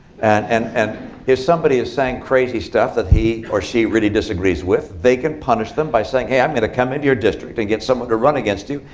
and and if somebody is saying crazy stuff that he or she really disagrees with, they can punish them by saying, hey, i'm going to come into your district and get someone to run against you.